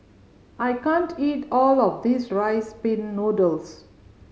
I can't eat all of this Rice Pin Noodles